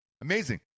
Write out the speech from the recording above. Amazing